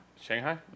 Shanghai